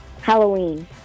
Halloween